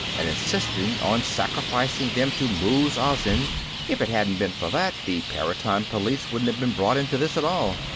and insisting on sacrificing them to muz-azin. if it hadn't been for that, the paratime police wouldn't have been brought into this, at all.